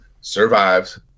survives